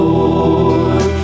Lord